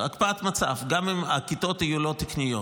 זו הקפאת מצב, גם אם הכיתות יהיו לא תקניות.